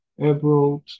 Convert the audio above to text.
abroad